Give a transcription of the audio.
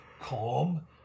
Calm